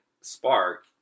spark